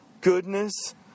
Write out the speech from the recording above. goodness